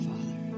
Father